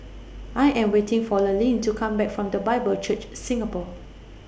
I Am waiting For Lurline to Come Back from The Bible Church Singapore